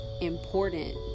important